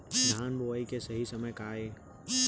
धान बोआई के सही समय का हे?